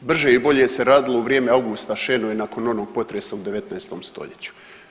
Brže i bolje se radilo u vrijeme Augusta Šenoe nakon onog potresa u 19. stoljeću.